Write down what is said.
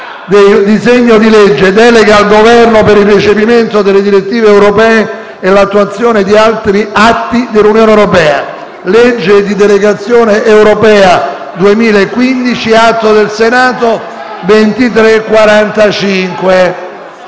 il disegno di legge recante «Delega al Governo per il recepimento delle direttive europee e l'attuazione di altri atti dell'Unione europea - Legge di delegazione europea 2015». Noi tutti